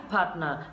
Partner